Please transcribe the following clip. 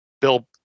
bill